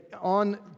on